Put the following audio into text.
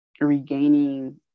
regaining